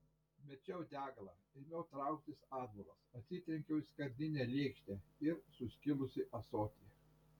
mečiau deglą ėmiau trauktis atbulas atsitrenkiau į skardinę lėkštę ir suskilusį ąsotį